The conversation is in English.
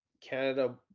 Canada –